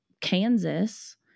Kansas